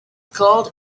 called